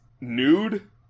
Nude